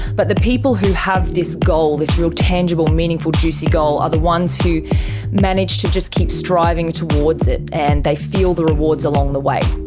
but the people who have this goal, this real tangible, meaningful, juicy goal are the ones who manage to just keep striving towards it and they feel the rewards along the way.